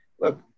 Look